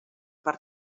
per